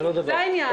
זה העניין.